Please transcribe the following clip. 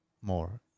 more